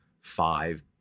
five